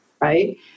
right